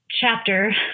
chapter